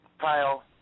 Kyle